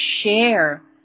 share